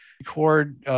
record